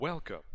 Welcome